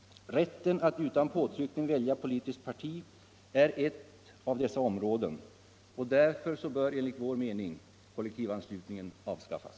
Rätten att utan påtryckning välja politiskt parti är ett av dessa områden. Därför bör enligt vår mening kollektivanslutningen avskaffas.